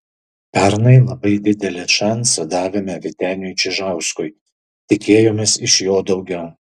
pernai labai didelį šansą davėme vyteniui čižauskui tikėjomės iš jo daugiau